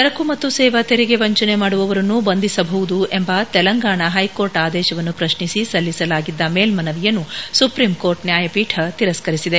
ಸರಕು ಮತ್ತು ಸೇವಾ ತೆರಿಗೆ ವಂಚನೆ ಮಾಡುವವರನ್ನು ಬಂಧಿಸಬಹುದು ಎಂಬ ತೆಲಂಗಾಣ ಹೈಕೋರ್ಟ್ ಆದೇಶವನ್ನು ಪ್ರಶ್ನಿಸಿ ಸಲ್ಲಿಸಲಾಗಿದ್ದ ಮೇಲ್ಮನವಿಯನ್ನು ಸುಪ್ರೀಂ ಕೋರ್ಟ್ ನ್ಯಾಯಪೀಠ ತಿರಸ್ಕರಿಸಿದೆ